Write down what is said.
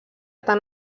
tant